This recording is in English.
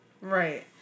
Right